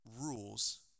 rules